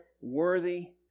worthy